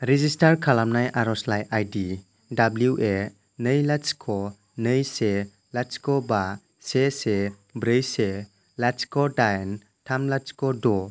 register खालामनाय आर'जलाइ ID W A नै लाथिख' नै से लाथिख' बा से से ब्रै से लाथिख' दाइन थाम लाथिख' द'